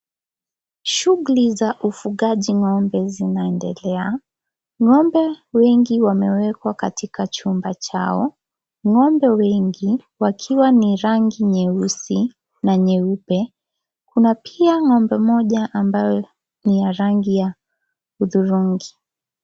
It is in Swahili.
Shughuli za ufugaji ngombe zinaendelea ,ngombe wengi wamewekwa katika chumba chao, ngombe wengi wakiwa ni rangi nyeusi na nyeupe . Kuna pia ngombe mmoja ambaye ni ya rangi ya hudhurungi .